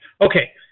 Okay